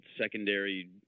secondary